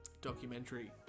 documentary